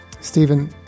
Stephen